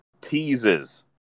teases